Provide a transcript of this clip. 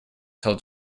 held